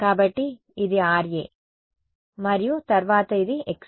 కాబట్టి ఇది Ra మరియు తరువాత ఇది Xa